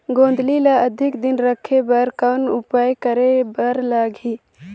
गोंदली ल अधिक दिन राखे बर कौन उपाय करे बर लगही?